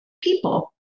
people